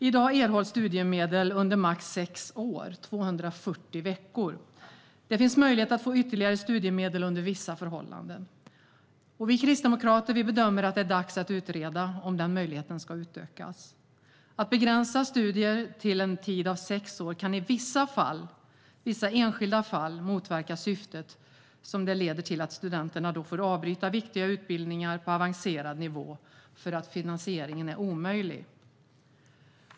I dag erhålls studiemedel under max sex år, 240 veckor. Det finns möjlighet att få ytterligare studiemedel under vissa förhållanden. Vi kristdemokrater bedömer att det är dags att utreda om den möjligheten ska utökas. Att begränsa studierna till en tid av sex år kan i vissa enskilda fall motverka syftet om det leder till att studenter får avbryta viktiga utbildningar på avancerad nivå för att finansieringen är omöjlig.